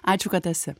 ačiū kad esi